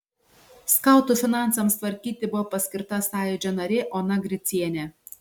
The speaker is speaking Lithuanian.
skautų finansams tvarkyti buvo paskirta sąjūdžio narė ona gricienė